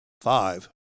five